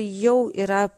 jau yra